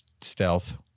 stealth